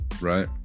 right